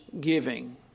giving